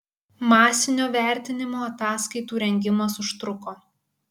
masinio vertinimo ataskaitų rengimas užtruko